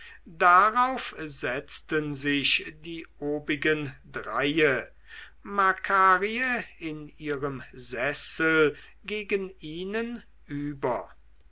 darauf setzten sich die obigen dreie makarie in ihrem sessel gegen ihnen über